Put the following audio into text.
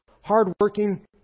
hardworking